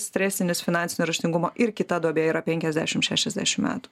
stresinis finansinio raštingumo ir kita duobė yra penkiasdešim šešiasdešim metų